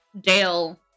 Dale